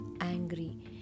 angry